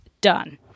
done